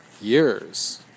years